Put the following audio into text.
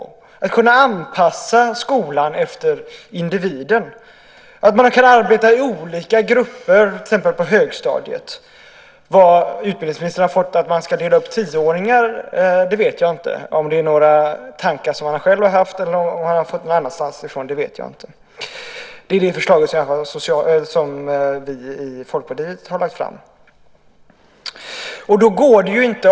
Man ska anpassa skolan efter individen. Man kan arbeta i olika grupper till exempel på högstadiet. Var utbildningsministern har fått ifrån att man ska dela upp tioåringar, det vet jag inte. Jag vet inte om det är några tankar som han själv har haft eller om han har fått det någon annanstans ifrån.